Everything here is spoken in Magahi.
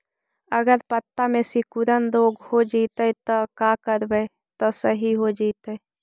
अगर पत्ता में सिकुड़न रोग हो जैतै त का करबै त सहि हो जैतै?